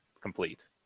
complete